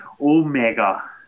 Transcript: Omega